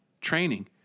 training